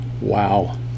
Wow